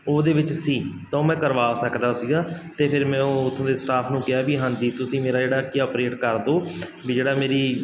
ਉਹਦੇ ਵਿੱਚ ਸੀ ਤਾਂ ਉਹ ਮੈਂ ਕਰਵਾ ਸਕਦਾ ਸੀਗਾ ਅਤੇ ਫਿਰ ਮੈਂ ਉਹ ਉੱਥੋਂ ਦੇ ਸਟਾਫ ਨੂੰ ਕਿਹਾ ਵੀ ਹਾਂਜੀ ਤੁਸੀਂ ਮੇਰਾ ਜਿਹੜਾ ਕੀ ਅਪਰੇਟ ਕਰ ਦਿਓ ਵੀ ਜਿਹੜਾ ਮੇਰਾ